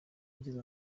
ngize